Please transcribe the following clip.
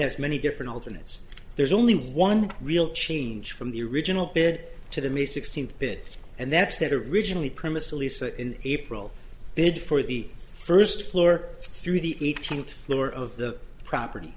has many different alternates there's only one real change from the original bed to the may sixteenth bit and that's that originally promised elisa in april bid for the first floor through the eighteenth floor of the property